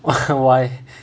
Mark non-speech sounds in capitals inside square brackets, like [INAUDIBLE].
[LAUGHS] why